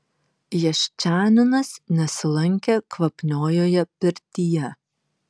jaščaninas nesilankė kvapniojoje pirtyje